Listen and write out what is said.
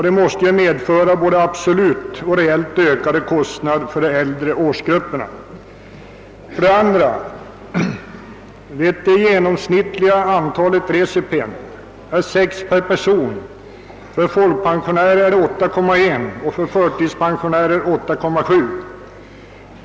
Detta medför både absolut och relativt högre läkemedelskostnad för de äldre årsgrupperna. Det genomsnittliga antalet recipen per person är 6, för folkpensionärer 8,1 och för förtidspensionärer 8,7.